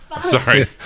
Sorry